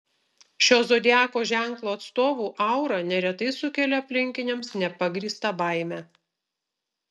šio zodiako ženklo atstovų aura neretai sukelia aplinkiniams nepagrįstą baimę